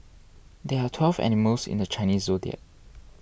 there are twelve animals in the Chinese zodiac